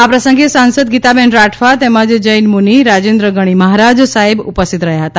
આ પ્રસંગે સાંસદ ગીતાબેન રાઠવા તેમજ જૈન મુનિ રાજેન્દ્રગણી મહરાજ સાહેબ ઉપસ્થિત રહ્યા હતા